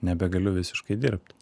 nebegaliu visiškai dirbt